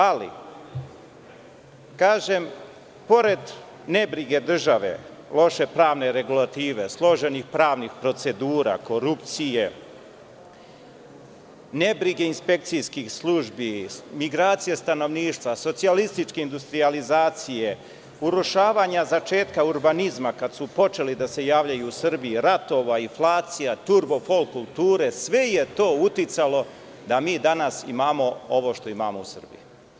Ali, kažem, pored nebrige države, loše pravne regulative, složenih pravnih procedura, korupcije, nebrige inspekcijskih službi, migracije stanovništva, socijalističke industrijalizacije, urušavanja začetka urbanizma kada su počeli da se javljaju u Srbiji, ratova, inflacija, turbo folk kulture, sve je to uticalo da mi danas imamo ovo što imamo u Srbiji.